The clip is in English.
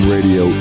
Radio